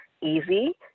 easy